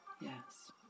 Yes